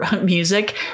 music